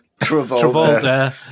Travolta